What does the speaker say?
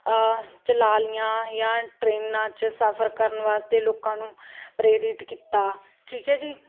ਚਲਾ ਲਈਆਂ ਜਾਂ ਟ੍ਰੇਨਾਂ 'ਚ ਸਫਰ ਕਰਨ ਵਾਸਤੇ ਲੋਕਾਂ ਨੂੰ ਪ੍ਰੇਰਿਤ ਕੀਤਾ ਠੀਕ ਹੈ ਜੀ